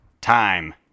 Time